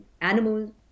animals